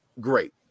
great